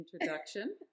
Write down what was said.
introduction